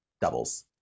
doubles